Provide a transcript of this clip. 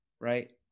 Right